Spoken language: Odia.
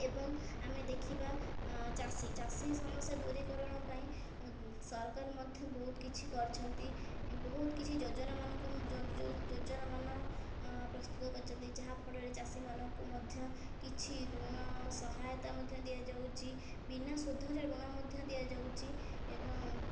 ଏବଂ ଆମେ ଦେଖିବା ଚାଷୀ ଚାଷୀ ସମସ୍ୟା ଦୂରୀକରଣ ପାଇଁ ସରକାର ମଧ୍ୟ ବହୁତ କିଛି କରିଛନ୍ତି ବହୁତ କିଛି ଯୋଜନାମାନଙ୍କ ଯୋଜନାମାନ ପ୍ରସ୍ତୁତ କରିଛନ୍ତି ଯାହାଫଳରେ ଚାଷୀମାନଙ୍କୁ ମଧ୍ୟ କିଛି ଋଣ ସହାୟତା ମଧ୍ୟ ଦିଆଯାଉଛି ବିନା ସୁଧରେ ଋଣ ମଧ୍ୟ ଦିଆଯାଉଛି ଏବଂ